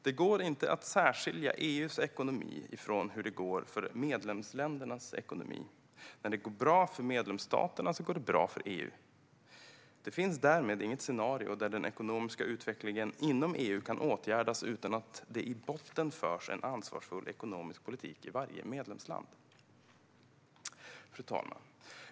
Det går inte att särskilja EU:s ekonomi från medlemsländernas ekonomi. När det går bra för medlemsstaterna går det bra för EU. Det finns därmed inget scenario där den ekonomiska utvecklingen inom EU kan åtgärdas utan att det i botten förs en ansvarsfull ekonomisk politik i varje medlemsland. Fru talman!